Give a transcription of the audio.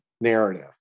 narrative